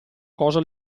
cosa